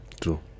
true